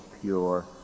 pure